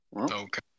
okay